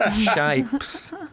shapes